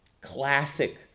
classic